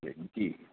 जी जी